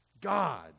God